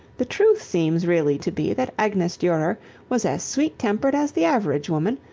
the truth seems really to be that agnes durer was as sweet-tempered as the average woman,